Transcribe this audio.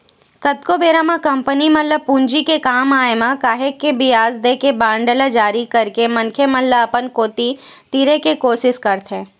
कतको बेरा म कंपनी मन ल पूंजी के काम आय म काहेक के बियाज देके बांड ल जारी करके मनखे मन ल अपन कोती तीरे के कोसिस करथे